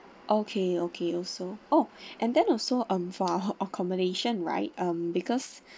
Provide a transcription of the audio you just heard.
okay okay also oh and then also um for our accommodation right um because